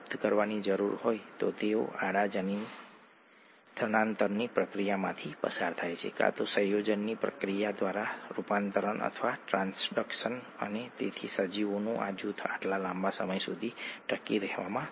પ્રોટીનની દ્રાવ્યતા pH આધારિત છે કારણ કે પ્રોટીન પરનો ચોખ્ખો ચાર્જ pH આધારિત હોય છે ખરું ને